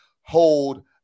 hold